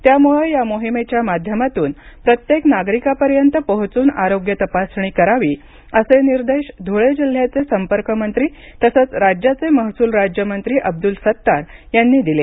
त्यामुळे या मोहिमेच्या माध्यमातून प्रत्येक नागरिकांपर्यंत पोहोचून आरोग्य तपासणी करावी असे निर्देश धुळे जिल्ह्याचे संपर्कमंत्री तसेच राज्याचे महसूल राज्यमंत्री अब्दूल सत्तार यांनी दिले